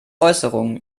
äußerungen